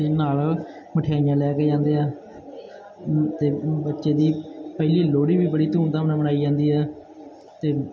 ਅਤੇ ਨਾਲ ਮਠਿਆਈਆਂ ਲੈ ਕੇ ਜਾਂਦੇ ਆ ਅਤੇ ਬੱਚੇ ਦੀ ਪਹਿਲੀ ਲੋਹੜੀ ਵੀ ਬੜੀ ਧੂਮਧਾਮ ਨਾਲ ਮਨਾਈ ਜਾਂਦੀ ਆ ਅਤੇ